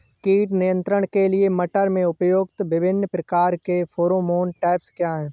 कीट नियंत्रण के लिए मटर में प्रयुक्त विभिन्न प्रकार के फेरोमोन ट्रैप क्या है?